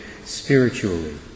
spiritually